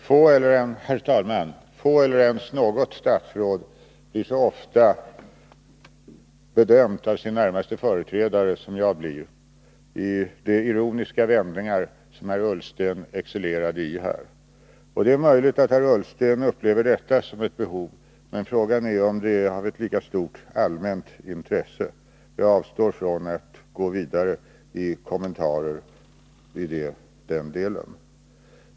Herr talman! Få, om ens något, statsråd bedöms så ofta som jag av sin närmaste företrädare i sådana ironiska vändningar som herr Ullsten här excellerade i. Det är möjligt att herr Ullsten upplever detta som ett behov, men frågan är om det är av ett lika stort allmänt intresse. Jag avstår från att gå vidare med kommentarer i den delen.